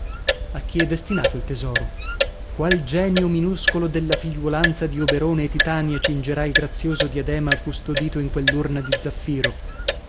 a chi è destinato il tesoro qual genio minuscolo della figliuolanza di oberone e titania cingerà il grazioso diadema custodito in quell'urna di zaffiro